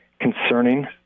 concerning